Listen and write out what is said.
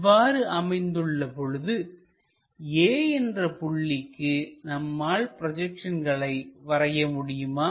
இவ்வாறு அமைந்துள்ள பொழுது A என்ற புள்ளிக்கு நம்மால் ப்ரொஜெக்ஷன்களை வரைய முடியுமா